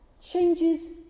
changes